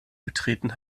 betreten